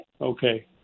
Okay